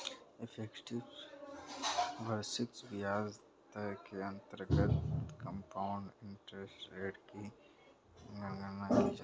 effective वार्षिक ब्याज दर के अंतर्गत कंपाउंड इंटरेस्ट रेट की गणना की जाती है